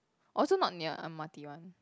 also not near M_R_T one